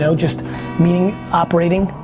so just meeting, operating,